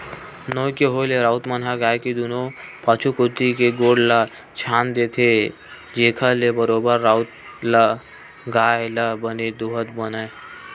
नोई के होय ले राउत मन ह गाय के दूनों पाछू कोती के गोड़ ल छांद देथे, जेखर ले बरोबर राउत ल गाय ल बने दूहत बनय